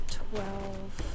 twelve